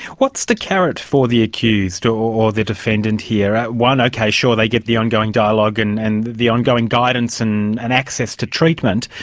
what's the carrot for the accused, or or the defendant here? one, ok, sure they get the ongoing dialogue and and the ongoing guidance and and access to treatment,